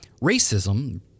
Racism